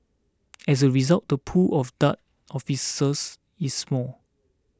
as a result the pool of Dart officers is small